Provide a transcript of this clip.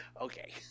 okay